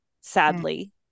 sadly